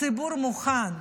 הציבור מוכן,